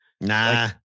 Nah